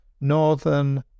northern